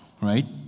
right